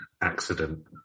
accident